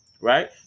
right